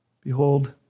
behold